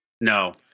No